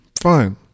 Fine